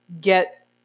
get